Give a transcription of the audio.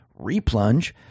replunge